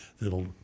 that'll